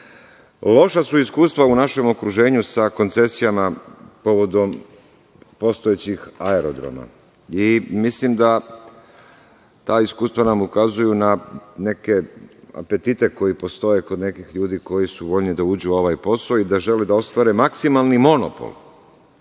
Loša su iskustva u našem okruženju sa koncesijama povodom postojećih aerodroma i mislim da nam ta iskustva ukazuju na neke apetite koji postoje kod nekih ljudi koji su voljni da uđu u ovaj posao i da žele da ostvare maksimalni monopol. Mi